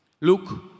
Look